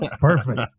perfect